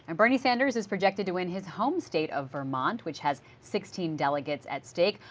and bernie sanders is projected to win his home state of vermont which has sixteen delegates at state.